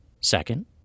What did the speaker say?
Second